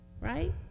Right